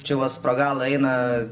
čiuvas pro galą eina